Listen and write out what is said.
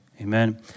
amen